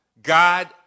God